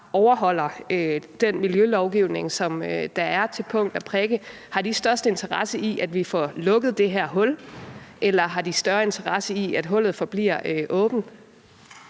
overholder den miljølovgivning, der er, til punkt og prikke, størst interesse i, at vi får lukket det her hul, eller har de en større interesse i, at hullet forbliver åbent?